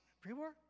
pre-war